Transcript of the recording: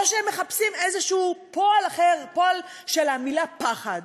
או שהם מחפשים איזה פועל אחר של המילה "פחד".